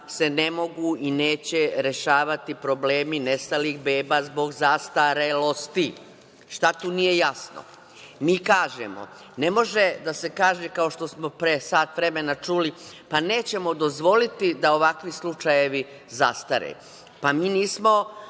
se ne mogu i neće rešavati problemi nestalih beba zbog zastarelosti. Šta tu nije jasno? Mi kažemo, ne može da se kaže kao što smo pre sat vremena čuli, pa nećemo dozvoliti da ovakvi slučajevi zastare. Mi nismo